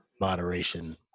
moderation